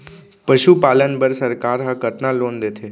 पशुपालन बर सरकार ह कतना लोन देथे?